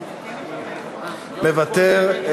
מוותר.